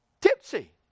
Tipsy